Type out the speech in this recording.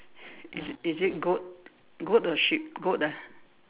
is it is it goat goat or sheep goat ah